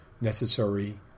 necessary